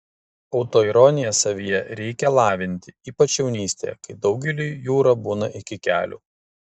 autoironiją savyje reikia lavinti ypač jaunystėje kai daugeliui jūra būna iki kelių